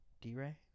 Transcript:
D-Ray